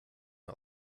mal